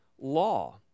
law